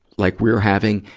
like we're having,